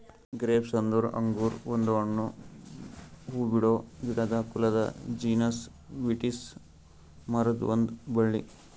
grapes ಅಂದುರ್ ಅಂಗುರ್ ಒಂದು ಹಣ್ಣು, ಹೂಬಿಡೋ ಗಿಡದ ಕುಲದ ಜೀನಸ್ ವಿಟಿಸ್ ಮರುದ್ ಒಂದ್ ಬಳ್ಳಿ